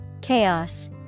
Chaos